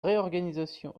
réorganisations